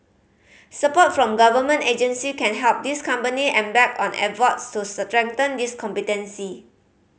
support from government agency can help these company embark on efforts to strengthen these competency